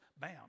Bam